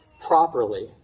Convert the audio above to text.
properly